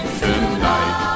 tonight